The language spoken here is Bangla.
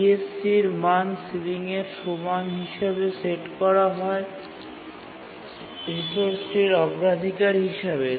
CSC মান সিলিংয়ের সমান হিসাবে সেট করা হয় রিসোর্সটির অগ্রাধিকার হিসাবে